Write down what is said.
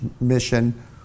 Mission